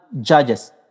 judges